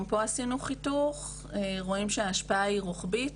גם פה עשינו חיתוך ורואים שההשפעה היא רוחבית